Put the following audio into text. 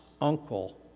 uncle